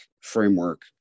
framework